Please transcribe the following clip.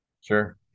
sure